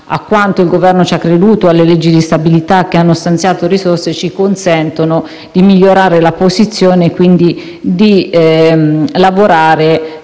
a quanto il Governo ci ha creduto, alle leggi di stabilità che hanno stanziato risorse, possiamo migliorare la nostra posizione e quindi ritenere